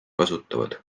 kasutavad